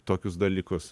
tokius dalykus